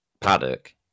paddock